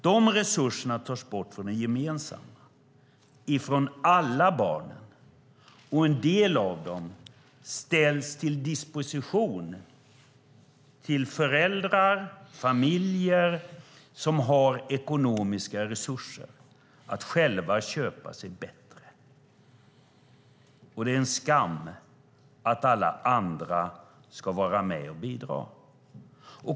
De resurserna tas bort från det gemensamma, från alla barnen, och en del av dem ställs till de föräldrars, familjers, disposition som har ekonomiska resurser att själva köpa sig bättre. Det är en skam att alla andra ska vara med och bidra.